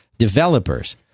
developers